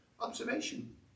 observation